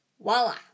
Voila